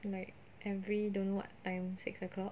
like every don't know what time six o'clock